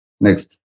Next